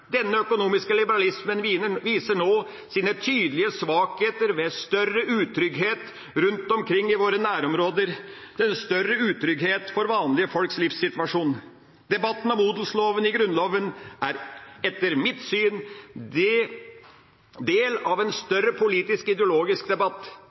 Denne økonomiske liberalismen viser nå sine tydelige svakheter ved større utrygghet rundt omkring i våre nærområder, større utrygghet for vanlige folks livssituasjon. Debatten om odelsloven i Grunnloven er etter mitt syn del av